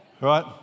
Right